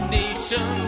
nation